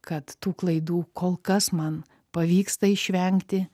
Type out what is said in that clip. kad tų klaidų kol kas man pavyksta išvengti